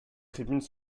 tribunes